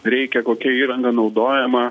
reikia kokia įranga naudojama